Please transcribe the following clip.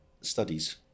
studies